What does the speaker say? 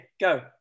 go